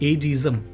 Ageism